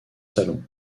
salons